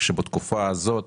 שבתקופה הזאת,